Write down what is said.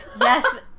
yes